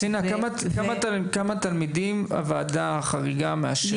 צינה, כמה תלמידים הוועדה החריגה מאשרת?